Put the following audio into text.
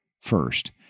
first